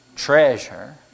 Treasure